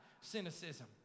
cynicism